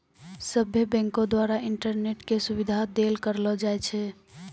सभ्भे बैंको द्वारा इंटरनेट के सुविधा देल करलो जाय छै